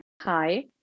hi